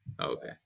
Okay